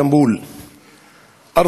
התשע"ז 2017. תודה.